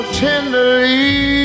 tenderly